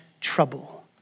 trouble